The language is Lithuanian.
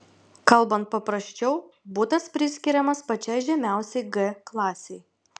kalbant paprasčiau butas priskiriamas pačiai žemiausiai g klasei